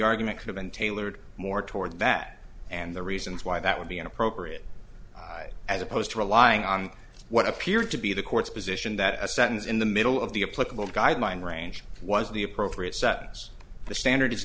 argument could have been tailored more toward that and the reasons why that would be inappropriate as opposed to relying on what appeared to be the court's position that a sentence in the middle of the a political guideline range was the appropriate sentence the standard is